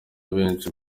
benshi